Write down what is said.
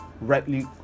rightly